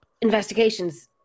investigations